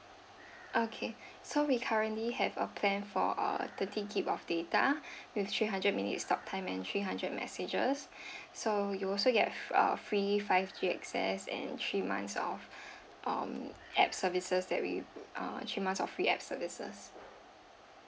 okay so we currently have a plan for uh thirty G_B of data with three hundred minutes talk time and three hundred messages so you also get uh free five G access and three months of um app services that we uh three months of free app services